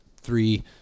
three